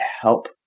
help